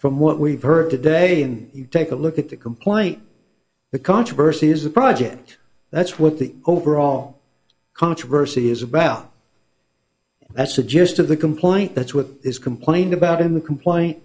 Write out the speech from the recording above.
from what we've heard today and take a look at the complaint the controversy is the project that's what the overall controversy is about that's the gist of the complaint that's what is complained about in the complaint